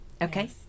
Okay